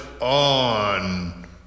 on